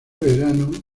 verano